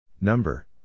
Number